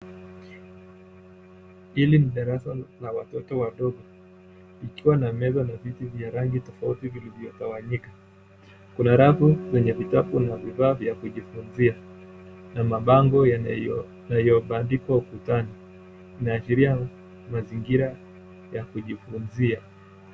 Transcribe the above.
Hili ni darasa la watoto wadogo, ikiwa na meza na viti vya rangi tofauti vilivyo tawanyika. Kuna rafu venye vitabu na vifaa vya kujifunzia na mabango yanayobandikwa ukutani, inaashira mazingira ya kujifunzia.